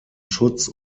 schutz